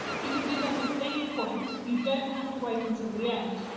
you can do that at any point. you don't have to wait until the end.